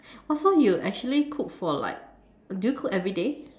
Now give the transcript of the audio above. oh so you actually cook for like do you cook everyday